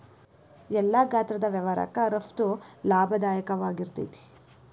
ಎಲ್ಲಾ ಗಾತ್ರದ್ ವ್ಯವಹಾರಕ್ಕ ರಫ್ತು ಲಾಭದಾಯಕವಾಗಿರ್ತೇತಿ